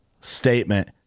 statement